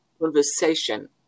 conversation